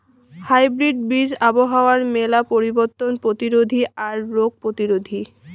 hybrid বীজ আবহাওয়ার মেলা পরিবর্তন প্রতিরোধী আর রোগ প্রতিরোধী